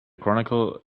chronicle